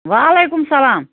وعلیکُم سَلام